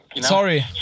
Sorry